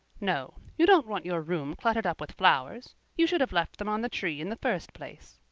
no you don't want your room cluttered up with flowers. you should have left them on the tree in the first place.